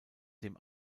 dem